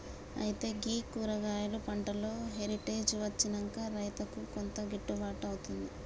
అయితే గీ కూరగాయలు పంటలో హెరిటేజ్ అచ్చినంక రైతుకు కొంత గిట్టుబాటు అవుతుంది